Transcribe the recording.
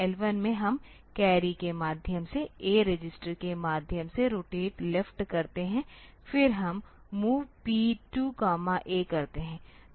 L 1 में हम carry के माध्यम से A रजिस्टर के माध्यम से रोटेट लेफ्ट करते हैं फिर हम MOV P 2A करते हैं